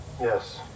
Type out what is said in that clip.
Yes